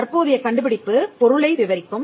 தற்போதைய கண்டுபிடிப்பு பொருளை விவரிக்கும்